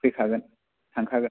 फैखागोन थांखागोन